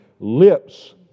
Lips